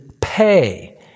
pay